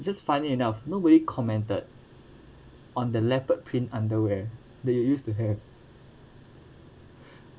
just funny enough nobody commented on the leopard print underwear that you used to have